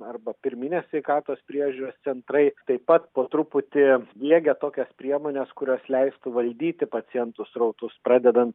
arba pirminės sveikatos priežiūros centrai taip pat po truputį diegia tokias priemones kurios leistų valdyti pacientų srautus pradedant